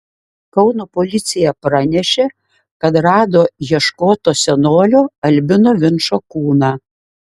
kauno policija pranešė kad rado ieškoto senolio albino vinčo kūną